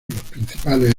principales